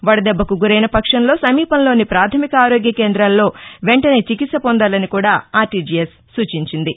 వదదెబ్బకు గురైన పక్షంలో సమీపంలోని ప్రాథమిక ఆరోగ్య కేంద్రాల్లో వెంటనే చికిత్ప పొందాలని కూడా ఆర్టీజీఎస్ సూచించింది